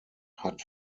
hat